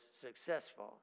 successful